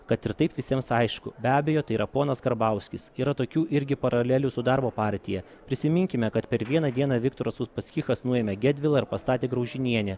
kad ir taip visiems aišku be abejo tai yra ponas karbauskis yra tokių irgi paralelių su darbo partija prisiminkime kad per vieną dieną viktoras uspaskichas nuėmė gedvilą ir pastatė graužinienę